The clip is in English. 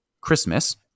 Christmas